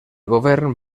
govern